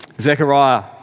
Zechariah